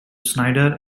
snider